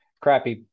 crappy